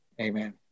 Amen